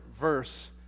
verse